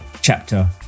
chapter